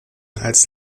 als